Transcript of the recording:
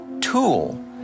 tool